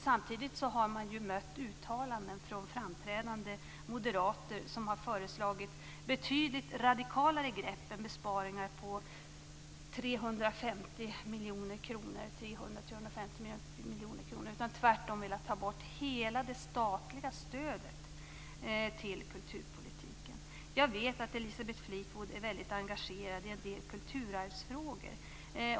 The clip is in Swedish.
Samtidigt har man mött uttalanden från framträdande moderater där de har föreslagit betydligt radikalare grepp än besparingar på 300-350 miljoner kronor. De har tvärtom velat ta bort hela det statliga stödet till kulturpolitiken. Jag vet att Elisabeth Fleetwood är mycket engagerad i en del kulturarvsfrågor.